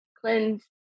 cleanse